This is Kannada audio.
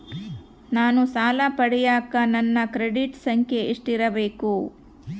ನಾನು ಸಾಲ ಪಡಿಯಕ ನನ್ನ ಕ್ರೆಡಿಟ್ ಸಂಖ್ಯೆ ಎಷ್ಟಿರಬೇಕು?